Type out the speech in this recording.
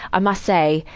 i must say,